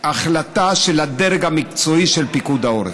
בהחלטה של הדרג המקצועי של פיקוד העורף.